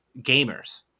gamers